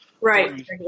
Right